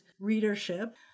readership